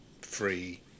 free